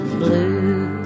blue